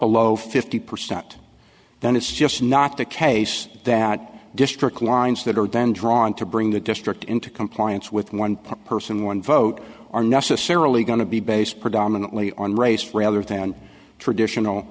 below fifty percent then it's just not the case that district lines that are then drawn to bring the district into compliance with one person one vote are necessarily going to be based predominantly on race rather than traditional